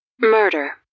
Murder